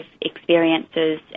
experiences